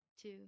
two